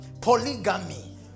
Polygamy